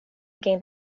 gained